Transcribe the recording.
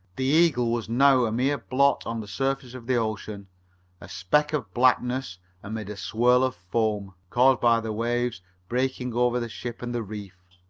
the eagle was now a mere blot on the surface of the ocean a speck of blackness amid a swirl of foam, caused by the waves breaking over the ship and the reef.